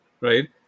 right